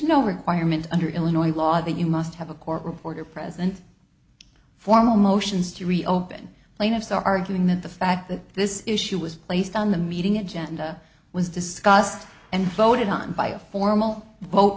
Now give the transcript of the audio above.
no requirement under illinois law that you must have a court reporter present formal motions to reopen plaintiffs are arguing that the fact that this issue was placed on the meeting agenda was discussed and voted on by a formal vote